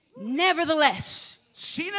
nevertheless